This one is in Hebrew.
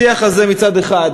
מצד אחד